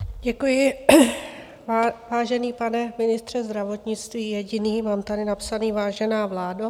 Děkuji, vážený pane ministře zdravotnictví, jediný mám tady napsané vážená vládo.